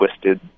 twisted